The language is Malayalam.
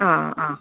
ആ ആ